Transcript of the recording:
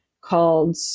called